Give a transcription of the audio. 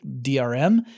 DRM